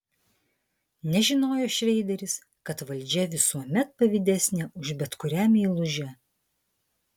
nežinojo šreideris kad valdžia visuomet pavydesnė už bet kurią meilužę